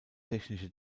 technische